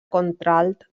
contralt